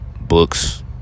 Books